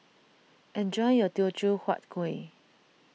enjoy your Teochew Huat Kuih